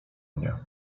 mnie